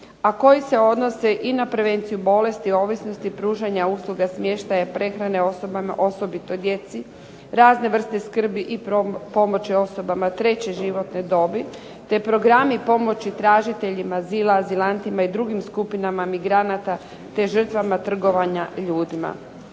a koji se odnose i na prevenciju bolesti, ovisnosti, pružanja usluga smještaja, prehrane osobito djeci, razne vrste skrbi i pomoći osobama treće životne dobi, te programi pomoći tražiteljima azila, azilantima i drugim skupinama migranata, te žrtvama trgovanja ljudima.